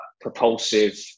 propulsive